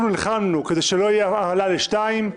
אנחנו נלחמנו כדי שלא תהיה העלאה ל-2.